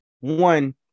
one